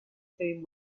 same